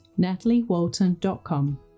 nataliewalton.com